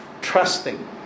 trusting